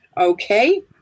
Okay